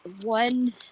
one